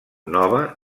nova